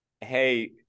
Hey